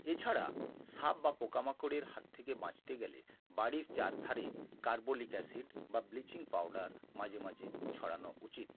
এছাড়া সাপ বা পোকামাকড়ের হাত থেকে বাঁচতে গেলে বাড়ির চারধারে কার্বলিক অ্যাসিড বা ব্লিচিং পাউডার মাঝে মাঝে ছড়ানো উচিত